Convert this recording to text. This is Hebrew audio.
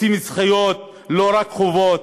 רוצים זכויות, לא רק חובות,